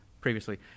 previously